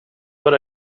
what